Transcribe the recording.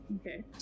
Okay